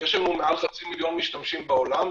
יש לנו מעל חצי מיליון משתמשים בעולם,